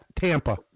Tampa